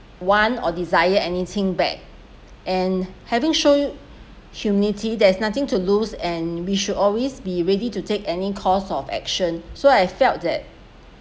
want or desire anything back and having show humility there is nothing to lose and we should always be ready to take any course of action so I feel that